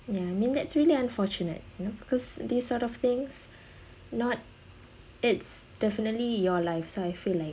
ya I mean that's really unfortunate you know because these sort of things not it's definitely your life so I feel like